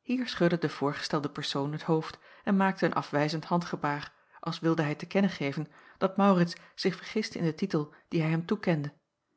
hier schudde de voorgestelde persoon het hoofd en maakte een afwijzend handgebaar als wilde hij te kennen geven dat maurits zich vergiste in den titel dien hij hem toekende